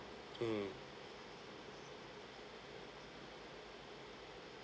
mm